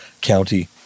County